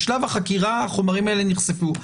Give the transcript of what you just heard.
בשלב החקירה החומרים האלה נחשפו.